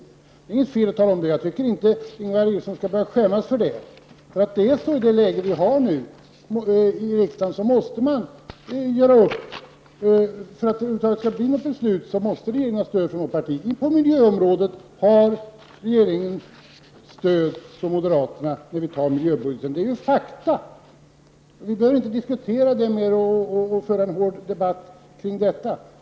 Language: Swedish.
Det är inte fel att tala om detta. Jag tycker att Ingvar Eriksson inte skall behöva skämmas för den skull. I det läge som råder nu i riksdagen måste regeringen ha stöd från något parti och göra upp för att det över huvud taget skall bli något beslut. Då det gäller miljöområdet har regeringen stöd från moderaterna när nu miljöbudgeten skall antas. Det är fakta som inte behöver diskuteras. Det finns ingen anledning att föra en hård debatt kring detta.